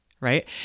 Right